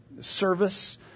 service